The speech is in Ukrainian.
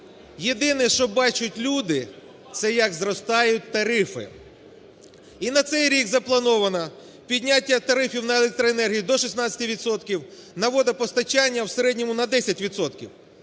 Єдине, що бачать люди, це як зростають тарифи. І на цей рік заплановано підняття тарифів на електроенергію до 16 відсотків, на водопостачання – у середньому на 10